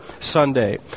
Sunday